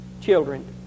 children